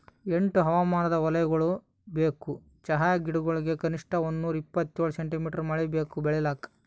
ಎಂಟು ಹವಾಮಾನದ್ ವಲಯಗೊಳ್ ಬೇಕು ಚಹಾ ಗಿಡಗೊಳಿಗ್ ಕನಿಷ್ಠ ಒಂದುನೂರ ಇಪ್ಪತ್ತೇಳು ಸೆಂಟಿಮೀಟರ್ ಮಳೆ ಬೇಕು ಬೆಳಿಲಾಕ್